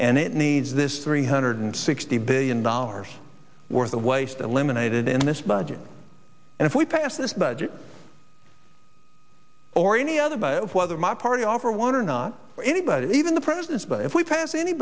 and it needs this three hundred sixty billion dollars worth of waste eliminated in this budget and if we pass this budget or any other by of whether my party offer one or not anybody even the president but if we pass any